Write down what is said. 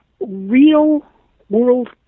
real-world